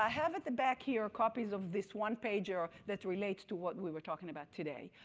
i have at the back here copies of this one page ah that relates to what we were talking about today,